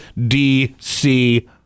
DC